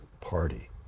party